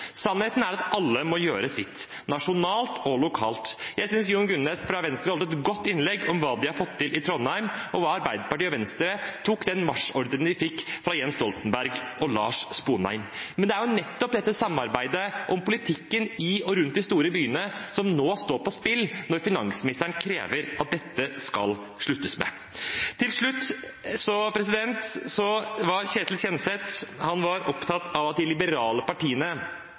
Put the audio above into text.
Sannheten er at alle må gjøre sitt, nasjonalt og lokalt. Jeg synes Jon Gunnes fra Venstre holdt et godt innlegg om hva de har fått til i Trondheim, og hvordan Arbeiderpartiet og Venstre tok den marsjordren de fikk fra Jens Stoltenberg og Lars Sponheim. Det er nettopp dette samarbeidet om politikken i og rundt de store byene som nå står på spill, når finansministeren krever at dette skal man slutte med. Til slutt: Ketil Kjenseth var opptatt av at de liberale partiene